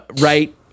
right